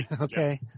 Okay